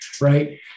right